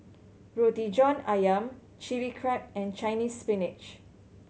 Roti John Ayam Chili Crab and Chinese Spinach